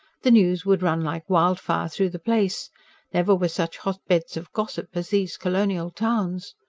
the news would run like wildfire through the place never were such hotbeds of gossip as these colonial towns.